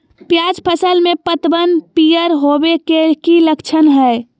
प्याज फसल में पतबन पियर होवे के की लक्षण हय?